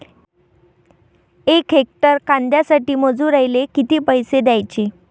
यक हेक्टर कांद्यासाठी मजूराले किती पैसे द्याचे?